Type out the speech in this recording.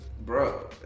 Bro